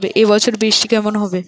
এবছর বৃষ্টি কেমন হবে?